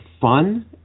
fun